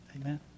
Amen